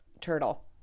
turtle